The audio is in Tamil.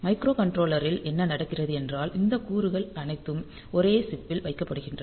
மைக்ரோகண்ட்ரோலரில் என்ன நடக்கிறது என்றால் இந்த கூறுகள் அனைத்தும் ஒரே சிப் பில் வைக்கப்படுகின்றன